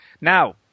Now